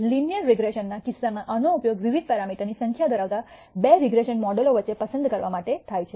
linear રીગ્રેસનના કિસ્સામાં આનો ઉપયોગ વિવિધ પેરામીટરની સંખ્યા ધરાવતા બે રીગ્રેસન મોડેલો વચ્ચે પસંદ કરવા માટે થાય છે